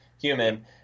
human